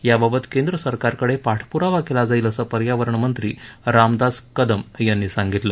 याबाबत केंद्र सरकारकडे पाठपुरावा केला जाईल असं पर्यावरण मंत्री रामदास कदम यांनी सांगितलं